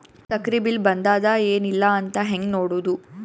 ಸಕ್ರಿ ಬಿಲ್ ಬಂದಾದ ಏನ್ ಇಲ್ಲ ಅಂತ ಹೆಂಗ್ ನೋಡುದು?